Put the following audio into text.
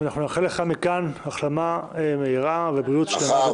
ואנחנו נאחל לך מכאן החלמה מהירה ובריאות שלמה וטובה.